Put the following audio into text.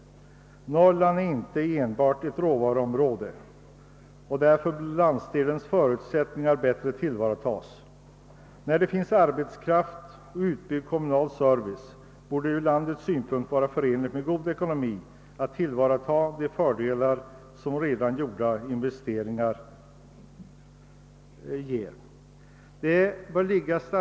Norrland är inte enbart ett råvaruområde, och landsdelens förutsättningar bör därför bättre tillvaratas. När det finns arbetskraft och utbyggd kommunal service borde det vara mest ekonomiskt för vårt land att tillvarata de fördelar som redan gjorda investeringar ger.